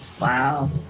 Wow